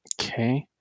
Okay